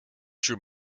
drew